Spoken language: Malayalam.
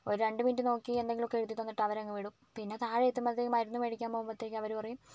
ഒരു രണ്ടു മിനിറ്റു നോക്കി എന്തെങ്കിലുമൊക്കെ എഴുതിത്തന്നിട്ട് അവരങ്ങുവിടും പിന്നെ താഴെ എത്തുമ്പഴത്തേക്ക് മരുന്ന് മേടിക്കാൻ പോകുമ്പഴത്തേക്കും അവര് പറയും